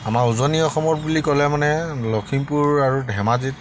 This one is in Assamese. আমাৰ উজনি অসমত বুলি ক'লে মানে লখিমপুৰ আৰু ধেমাজিত